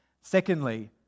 Secondly